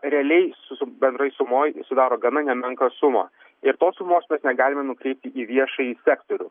realiai su bendroj sumoj sudaro gana nemenką sumą ir tos sumos mes negalime nukreipti į viešąjį sektorių